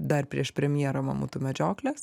dar prieš premjerą mamutų medžioklės